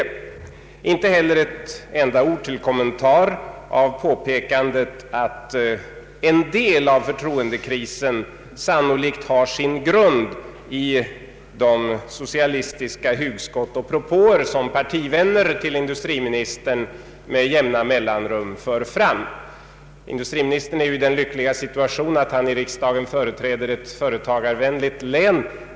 Han sade inte heller ett enda ord som kommentar till påpekandet att en del av förtroendekrisen sannolikt har sin grund i de socialistiska hugskott och propåer som partivänner till industri ministern med jämna mellanrum för fram. Industriministern är ju i den lyckliga situationen att han i riksdagen företräder ett företagarvänligt län.